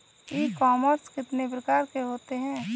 ई commerce कितने प्रकार के होते हैं?